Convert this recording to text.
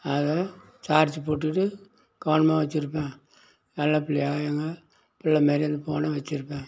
அதை சார்ஜ் போட்டுவிட்டு கவனமாக வச்சி இருப்பேன் நல்ல பிள்ளையா க பிள்ளமாரி அந்த போனை வச்சி இருப்பேன்